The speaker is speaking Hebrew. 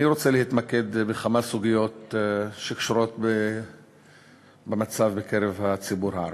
אני רוצה להתמקד בכמה סוגיות שקשורות במצב בקרב הציבור הערבי,